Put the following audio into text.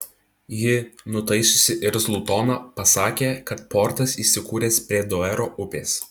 ji nutaisiusi irzlų toną pasakė kad portas įsikūręs prie duero upės